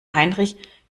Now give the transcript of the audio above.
heinrich